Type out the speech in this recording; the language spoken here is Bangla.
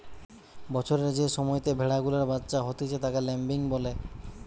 বছরের যে সময়তে ভেড়া গুলার বাচ্চা হতিছে তাকে ল্যাম্বিং বলে